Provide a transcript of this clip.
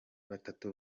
batatu